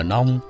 Nông